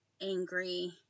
angry